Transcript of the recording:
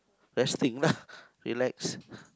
resting lah relax